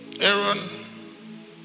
Aaron